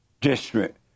District